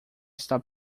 está